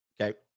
Okay